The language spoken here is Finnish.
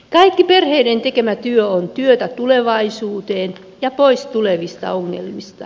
kaikki perheiden tekemä työ on työtä tulevaisuuteen ja pois tulevista ongelmista